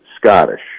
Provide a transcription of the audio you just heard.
Scottish